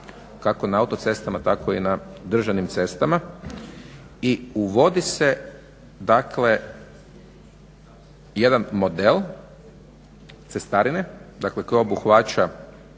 kako na autocestama tako i na državnim cestama i uvodi se jedan model cestarine koja obuhvaća